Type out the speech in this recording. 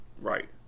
right